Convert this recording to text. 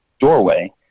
doorway